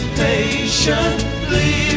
patiently